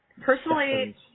Personally